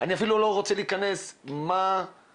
אני אפילו לא רוצה להיכנס מה החשיבה